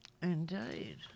Indeed